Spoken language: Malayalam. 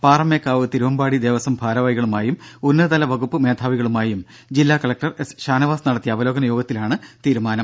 പാറമേക്കാവ് തിരുവമ്പാടി ദേവസ്വം ഭാരവാഹികളുമായും ഉന്നതതല വകുപ്പു മേധാവികളുമായും ജില്ലാ കലക്ടർ എസ് ഷാനവാസ് നടത്തിയ അവലോകന യോഗത്തിലാണ് തീരുമാനം